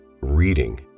reading